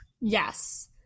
yes